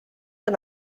han